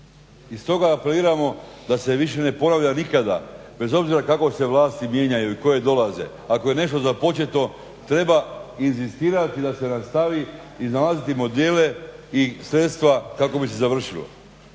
i stoga apeliramo da se više ne ponavlja bez obzira kako se vlasti mijenjaju i koje dolaze, ako je nešto započeto treba inzistirati da se nastavi i razviti modele i sredstva kako bi se završilo.